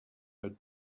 had